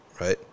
right